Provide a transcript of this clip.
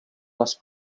les